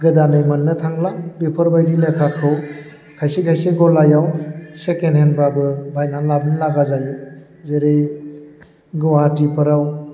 गोदानै मोननो थांला बिफोरबायदि लेखाखौ खायसे खायसे गलायाव सेकेन्ड हेन्डब्लाबो बायनानै लाबो जायो जेरै गुवाहाटिफोराव